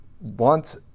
want